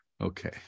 Okay